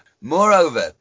Moreover